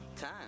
Time